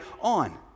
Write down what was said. on